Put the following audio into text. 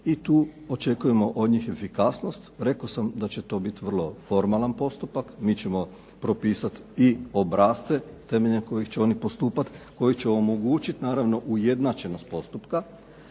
i tu očekujemo od njih efikasnost. Rekao sam da će to biti vrlo formalan postupak. Mi ćemo propisat i obrasce temeljem kojih će oni postupat, koji će omogućit naravno ujednačenost postupka.